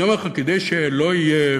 אני אומר לך: כדי שלא יהיו